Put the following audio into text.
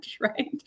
Right